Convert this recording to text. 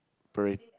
parade